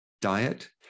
diet